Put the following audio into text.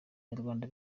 nyarwanda